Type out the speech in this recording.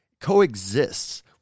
coexists